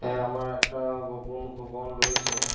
হ্যাঁ আমার একটা গোপন রয়েছে